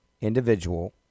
individual